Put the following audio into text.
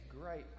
great